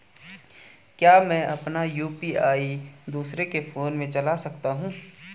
क्या मैं अपना यु.पी.आई दूसरे के फोन से चला सकता हूँ?